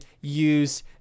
use